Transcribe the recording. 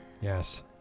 Yes